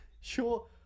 Sure